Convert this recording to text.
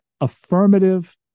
affirmative